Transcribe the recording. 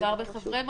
כשמדובר בחברי מועצה,